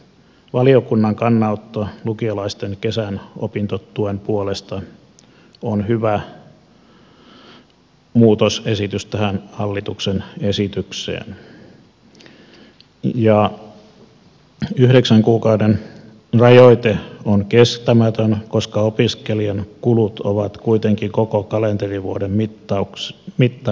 valiokunnan kannanotto lukiolaisten kesän opintotuen puolesta on hyvä muutosesitys tähän hallituksen esitykseen ja yhdeksän kuukauden rajoite on kestämätön koska opiskelijan kulut ovat kuitenkin koko kalenterivuoden mittaisia